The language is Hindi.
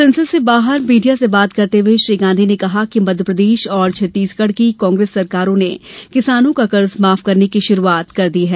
संसद से बाहर मीडिया से बात करते हुये श्री गांधी ने कहा कि मध्य प्रदेश और छत्तीसगढ़ की कांग्रेस सरकारों ने किसानों का कर्ज माफ करने की शुरूआत कर दी है